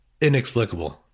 Inexplicable